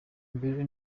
mbere